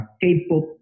K-pop